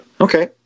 Okay